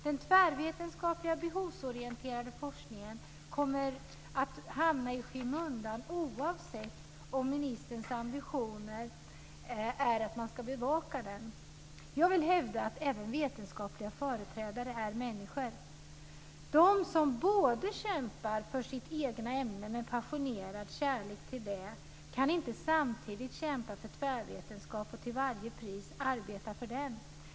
Den tvärvetenskapliga behovsorienterade forskningen kommer att hamna i skymundan oavsett om ministerns ambitioner är att man ska bevaka den. Jag vill hävda att även vetenskapliga företrädare är människor. De som kämpar för sitt egna ämne, med en passionerad kärlek till det, kan inte samtidigt kämpa för tvärvetenskap och till varje pris arbeta för den.